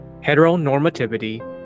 heteronormativity